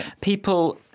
People